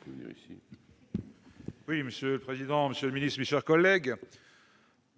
CRCE. Monsieur le président, monsieur le secrétaire d'État, mes chers collègues,